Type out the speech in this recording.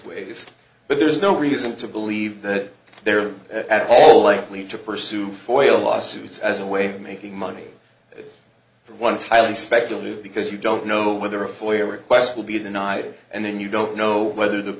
ways but there's no reason to believe that they're at all likely to pursue foyle lawsuits as a way of making money for one tightly speculative because you don't know whether a foyer request will be the night and then you don't know whether